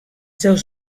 seus